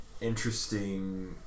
interesting